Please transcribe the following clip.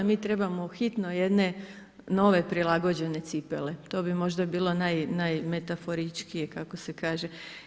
Mi trebamo hitno jedne nove prilagođene cipele, to bi možda bilo najmetaforičkije kako se kaže.